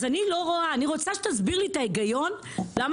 אני רוצה שתסביר לי את ההיגיון למה